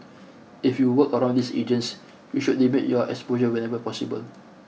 if you work around these agents you should limit your exposure whenever possible